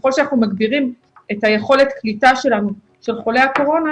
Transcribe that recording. ככל שאנחנו מגדירים את יכולת קליטה שלנו של חולי הקורונה,